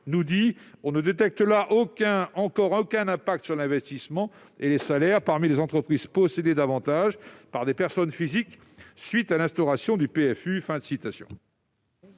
nous dit :« On ne détecte là encore aucun impact sur l'investissement et les salaires parmi les entreprises possédées davantage par des personnes physiques suite à l'instauration du PHU.